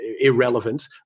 irrelevant